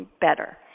better